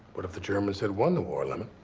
what if the germans had won the war, lemon?